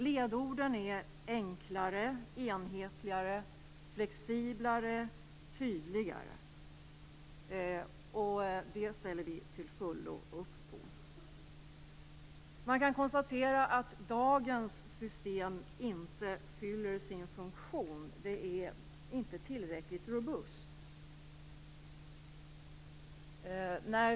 Ledorden är enklare, enhetligare, flexiblare, tydligare. Det ställer vi till fullo upp på. Man kan konstatera att dagens system inte fyller sin funktion. Det är inte tillräckligt robust.